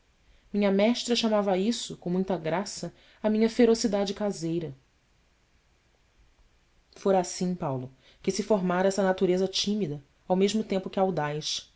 minha mestra chamava a isso com muita graça a minha ferocidade caseira fora assim paulo que se formara essa natureza tímida ao mesmo tempo que audaz